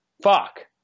fuck